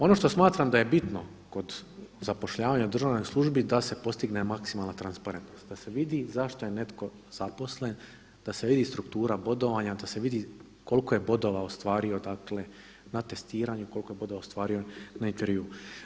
Ono što smatram da je bitno kod zapošljavanja u državnoj službi da se postigne maksimalna transparentnost, da se vidi zašto je netko zaposlen, da se vidi struktura bodovanja, da se vidi koliko je bodova ostvario, dakle na testiranju, koliko je bodova ostvario na intervjuu.